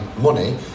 money